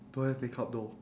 don't have makeup though